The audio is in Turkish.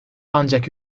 ancak